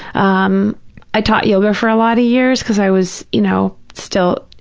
um i taught yoga for a lot of years because i was, you know, still,